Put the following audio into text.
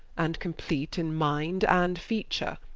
and compleate in minde and feature.